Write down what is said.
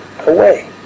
away